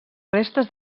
restes